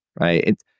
right